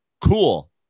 cool